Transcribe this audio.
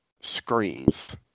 screens